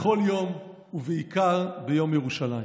בכל יום ובעיקר ביום ירושלים.